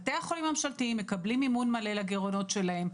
בתי החולים הממשלתיים מקבלים מימון מלא לגירעונות שלהם.